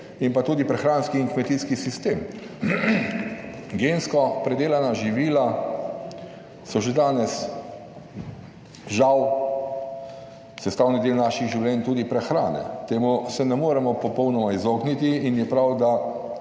in pa tudi prehranski in kmetijski sistem. Gensko pridelana živila so že danes žal sestavni del naših življenj, tudi prehrane. Temu se ne moremo popolnoma izogniti in je prav, da